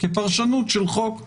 כפרשנות של חוק.